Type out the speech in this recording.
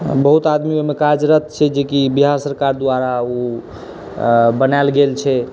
बहुत आदमी ओहिमे कार्यरत छै जेकि बिहार सरकार द्वारा ओ बनाएल गेल छै